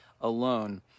alone